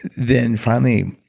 then finally,